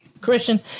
Christian